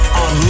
on